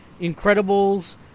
Incredibles